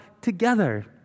together